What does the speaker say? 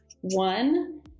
One